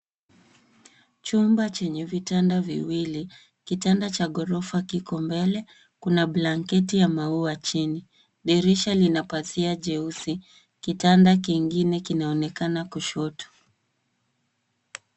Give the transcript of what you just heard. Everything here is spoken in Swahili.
Chumba chenye vitanda viwili. Kitanda cha ghorofa kiko mbele. Kuna blanketi ya maua chini dirisha lina pazia jeusi. Kitanda kingine kinaonekana kushoto.